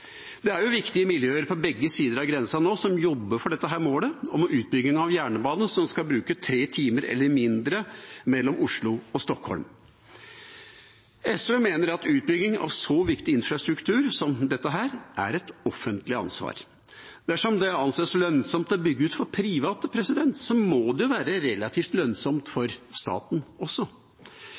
Det er viktige miljøer på begge sider av grensa som nå jobber for dette målet om utbygging av en jernbane som skal bruke tre timer eller mindre mellom Oslo og Stockholm. SV mener at utbygging av så viktig infrastruktur som dette er et offentlig ansvar. Dersom det anses lønnsomt å bygge ut for private, må det jo være relativt lønnsomt for staten også.